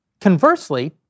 Conversely